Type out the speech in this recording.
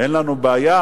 אין לנו בעיה,